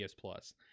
plus